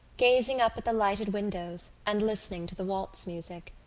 gazing up at the lighted windows and listening to the waltz music.